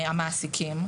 והמעסיקים.